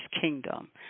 Kingdom